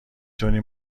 تونی